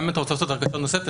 גם אם אתה רוצה לעשות הרכשה נוספת,